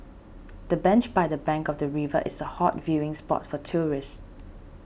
the bench by the bank of the river is a hot viewing spot for tourists